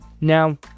Now